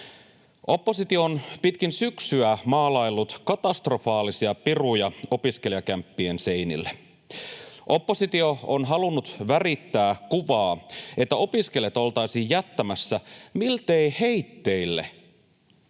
Oppositio on pitkin syksyä maalaillut katastrofaalisia piruja opiskelijakämppien seinille. Oppositio on halunnut värittää kuvaa, että opiskelijat oltaisiin jättämässä miltei heitteille.